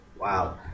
Wow